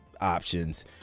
options